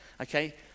Okay